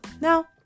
Now